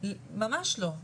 ממש לא.